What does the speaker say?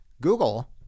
Google